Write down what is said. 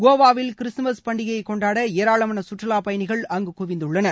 கோவாவில் கிறிஸ்துமஸ் பண்டிகையை கொண்டாட ஏராளமான சுற்றுலாப்பயணிகள் அங்கு குவிந்துள்ளனர்